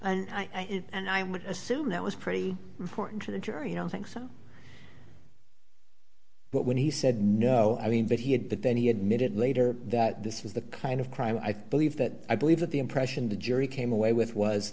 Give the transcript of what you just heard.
and i and i would assume that was pretty important to the jury you don't think so but when he said no i mean but he had but then he admitted later that this is the kind of crime i believe that i believe that the impression the jury came away with was